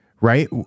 right